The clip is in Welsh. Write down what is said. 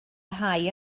rhai